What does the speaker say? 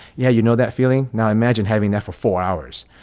yeah. you know that feeling. now imagine having that for four hours.